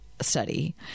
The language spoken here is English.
study